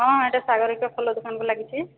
ହଁ ଏହିଟା ସାଗରିକା ଫୁଲ ଦୋକାନକୁ ଲାଗିଛି